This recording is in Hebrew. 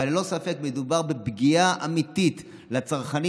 אבל ללא ספק מדובר בפגיעה אמיתית בצרכנים,